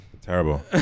Terrible